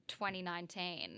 2019